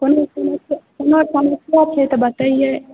कोनो समस्या कोनो समस्या छै तऽ बतैयै